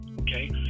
okay